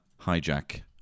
hijack